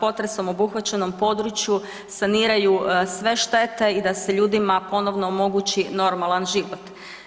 potresu obuhvaćenom području saniraju sve štete i da se ljudima ponovno omogući normalan život.